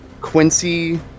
Quincy